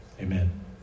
amen